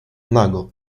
nago